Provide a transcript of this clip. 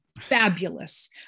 fabulous